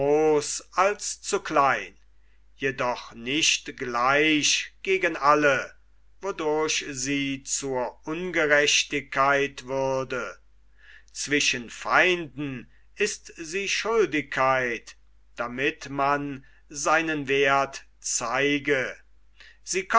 als zu klein jedoch nicht gleich gegen alle wodurch sie zur ungerechtigkeit würde zwischen feinden ist sie schuldigkeit damit man seinen werth zeige sie